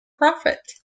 profit